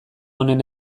honen